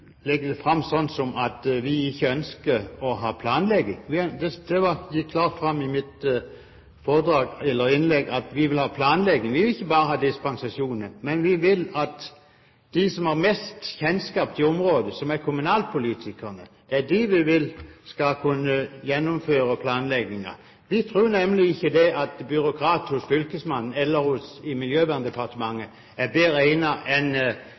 det fram som at vi ikke ønsker å ha planlegging. Det gikk klart fram i mitt innlegg at vi vil ha planlegging. Vi vil ikke bare ha dispensasjoner. Men vi vil at de som har mest kjennskap til området, som er kommunalpolitikerne, skal gjennomføre planleggingen. Vi tror nemlig ikke at byråkrater hos fylkesmannen eller i Miljøverndepartementet er bedre egnet enn